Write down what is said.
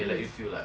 mm